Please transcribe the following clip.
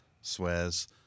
swears